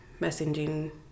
messaging